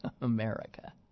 America